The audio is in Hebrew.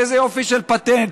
איזה יופי של פטנט.